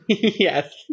yes